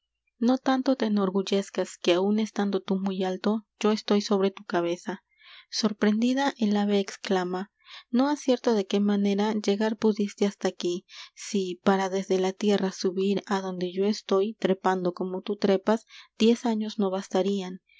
no tanto te enorgullezcas que aun estando tú muy alto yo estoy sobre tu cabeza sorprendida el ave exclama no acierto de qué manera llegar pudiste hasta aquí si para desde la tierra subir á donde yo estoy trepando como tú trepas diez años no bastarían